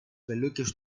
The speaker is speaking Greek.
φελούκες